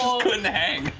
couldn't hang.